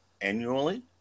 annually